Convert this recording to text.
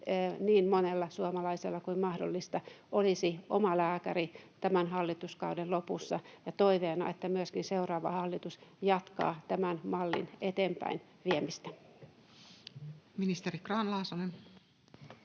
niin monella suomalaisella kuin mahdollista olisi oma lääkäri tämän hallituskauden lopussa, ja toiveena on, että myöskin seuraava hallitus jatkaa tämän mallin eteenpäinviemistä. Ministeri Grahn-Laasonen.